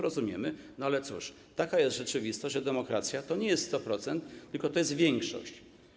Rozumiemy to, ale cóż, taka jest rzeczywistość, a demokracja to nie jest 100%, tylko to jest większość.